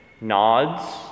nods